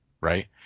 Right